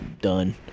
done